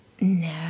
no